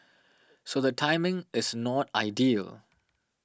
so the timing is not ideal